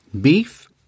beef